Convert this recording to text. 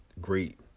great